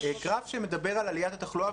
גרף שמדבר על עליית התחלואה,